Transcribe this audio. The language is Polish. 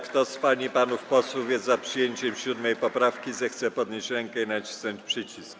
Kto z pań i panów posłów jest za przyjęciem 7. poprawki, zechce podnieść rękę i nacisnąć przycisk.